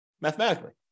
mathematically